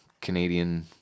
Canadian